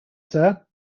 sir